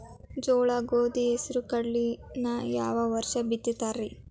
ಜೋಳ, ಗೋಧಿ, ಹೆಸರು, ಕಡ್ಲಿನ ಯಾವ ವರ್ಷ ಬಿತ್ತತಿರಿ?